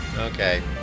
Okay